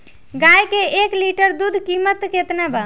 गाय के एक लीटर दूध कीमत केतना बा?